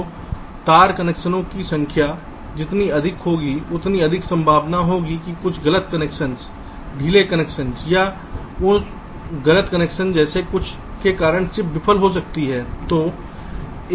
तो तार कनेक्शन की संख्या जितनी अधिक होगी उतनी अधिक संभावना होगी कि कुछ गलत कनेक्शन ढीले कनेक्शन या उस गलत कनेक्शन जैसे कुछ के कारण चिप विफल हो सकती है